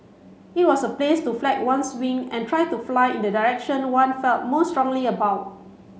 it was a place to flex one's wing and try to fly in the direction one felt most strongly about